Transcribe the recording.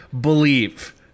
believe